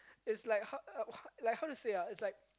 it's like how uh how like how to say ah it's like